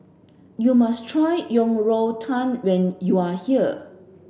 you must try Yang Rou Tang when you are here